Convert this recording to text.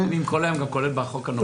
--- כל היום, כולל בחוק הנורבגי.